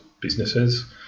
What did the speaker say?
businesses